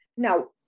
Now